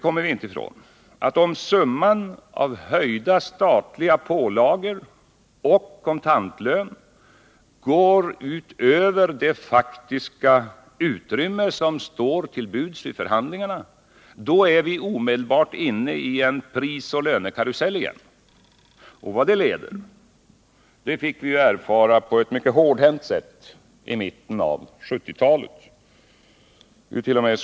Om summan av höjda statliga pålagor och kontantlön går utöver det faktiska utrymme som står till buds vid förhandlingarna är vi omedelbart inne i en prisoch lönekarusell igen. Vad det leder till fick vi ju erfara på ett hårdhänt sätt i mitten av 1970-talet.